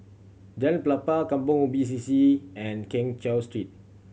Jalan Pelepah Kampong Ubi C C and Keng Cheow Street